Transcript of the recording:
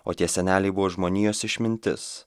o tie seneliai buvo žmonijos išmintis